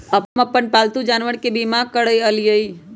हम अप्पन पालतु जानवर के बीमा करअलिअई